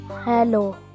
Hello